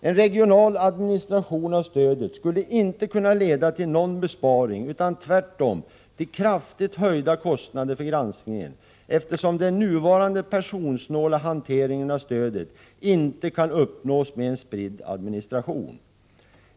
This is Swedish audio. En regional administration av stödet skulle inte kunna leda till någon besparing, utan tvärtom till kraftigt höjda kostnader för granskningen, eftersom den nuvarande personsnåla hanteringen av stödet inte kan uppnås med en spridd administration.